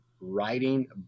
writing